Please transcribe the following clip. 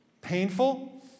painful